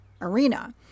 arena